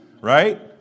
right